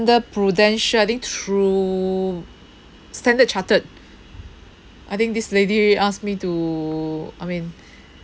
Prudential I think through Standard Chartered I think this lady asked me to I mean